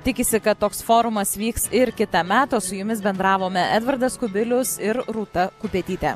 tikisi kad toks forumas vyks ir kitąmet o su jumis bendravome edvardas kubilius ir rūta kupetytė